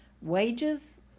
wages